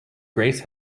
grace